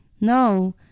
No